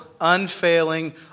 unfailing